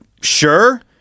sure